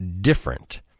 different